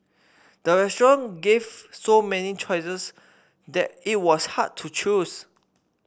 the restaurant gave so many choices that it was hard to choose